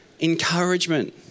Encouragement